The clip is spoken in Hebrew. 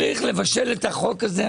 יש לבשל את החוק הזה.